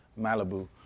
Malibu